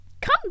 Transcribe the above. Come